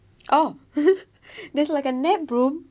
oh there's like a nap room